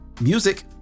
music